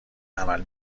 عمل